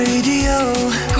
Radio